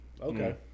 Okay